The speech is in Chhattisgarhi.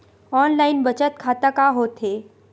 ऑनलाइन बचत खाता का होथे?